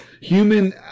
Human